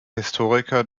historiker